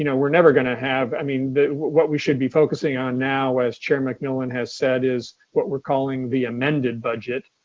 you know we're never going to have, i mean what we should be focusing on now, as chair mcmillan has said, is what we're calling the amended budget,